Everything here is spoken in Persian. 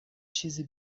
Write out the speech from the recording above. چیزی